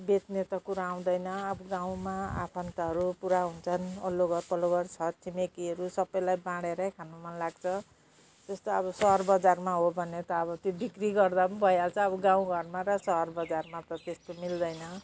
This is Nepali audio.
बेच्ने त कुरो आउँदैन अब गाउँमा आफन्तहरू पुरा हुन्छन् वल्लो घर पल्लो घर छर छिमेकीहरू सबैलाई बाँढेरै खानु मन लाग्छ जस्तै अब सहर बजारमा हो भने त अब त्यो बिक्री गर्दा भइहाल्छ अब गाउँ घरमा र सहर बजारमा त त्यस्तो मिल्दैन